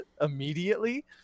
immediately